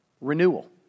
renewal